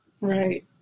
right